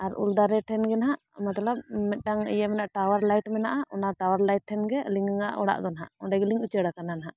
ᱟᱨ ᱩᱞᱫᱟᱨᱮ ᱴᱷᱮᱱ ᱜᱮ ᱱᱟᱦᱟᱸᱜ ᱢᱚᱛᱞᱚᱵ ᱢᱤᱫᱴᱟᱝ ᱤᱭᱟᱹ ᱢᱮᱱᱟᱜᱼᱟ ᱴᱟᱣᱟᱨ ᱞᱟᱭᱤᱴ ᱢᱮᱱᱟᱜᱼᱟ ᱚᱱᱟ ᱴᱟᱣᱟᱨ ᱞᱟᱭᱤᱴ ᱴᱷᱮᱱ ᱜᱮ ᱟᱹᱞᱤᱧᱟᱜ ᱚᱲᱟᱜ ᱫᱚ ᱱᱟᱦᱟᱸᱜ ᱚᱸᱰᱮ ᱜᱮᱞᱤᱧ ᱩᱪᱟᱹᱲ ᱟᱠᱟᱱᱟ ᱦᱟᱸᱜ